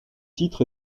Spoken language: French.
titre